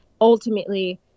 ultimately